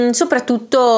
soprattutto